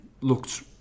looked